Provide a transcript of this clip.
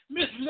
Miss